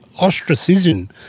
ostracism